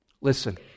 Listen